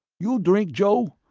you drink, joe?